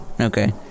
Okay